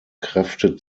kräfte